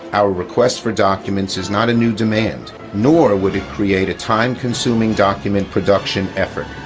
our requests for documents is not a new demand, nor would it create a time consuming document production effort.